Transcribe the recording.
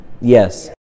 Yes